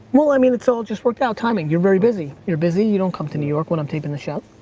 well, i mean, it's all just worked out, timing. you're very busy, you're busy. you don't come to new york when i'm taping the show.